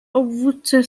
obwódce